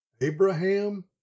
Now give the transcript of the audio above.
Abraham